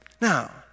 Now